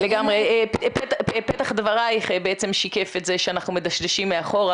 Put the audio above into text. פתח דברייך בעצם שיקף את זה שאנחנו מדשדשים מאחורה.